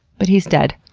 but he's dead.